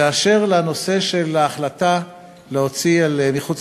ואשר לנושא של ההחלטה להוציא אל מחוץ